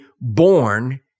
born